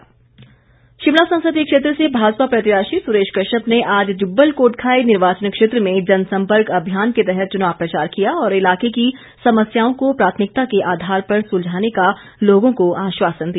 सुरेश कश्यप शिमला संसदीय क्षेत्र से भाजपा प्रत्याशी सुरेश कश्यप ने आज जुब्बल कोटखाई निर्वाचन क्षेत्र में जनसंपर्क अभियान के तहत चुनाव प्रचार किया और इलाके की समस्याओं को प्राथमिकता के आधार पर सुलझाने का लोगों को आश्वासन दिया